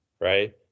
right